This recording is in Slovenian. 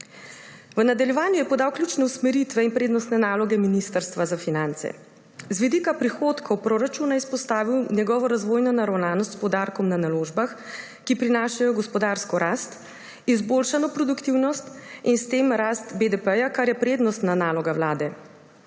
V nadaljevanju je podal ključne usmeritve in prednostne naloge Ministrstva za finance. Z vidika prihodkov proračuna je izpostavil njegovo razvojno naravnanost s poudarkom na naložbah, ki prinašajo gospodarsko rast, izboljšano produktivnost in s tem rast BDP-ja, kar je prednostna naloga vlade.